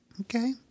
Okay